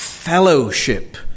Fellowship